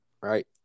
right